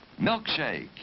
milkshake